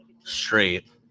straight